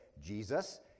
Jesus